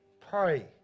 Pray